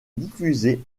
diffusée